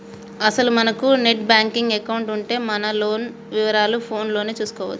అసలు మనకు net banking account ఉంటే మన లోన్ వివరాలు ఫోన్ లోనే చూసుకోవచ్చు